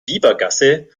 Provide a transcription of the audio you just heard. biebergasse